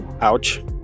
Ouch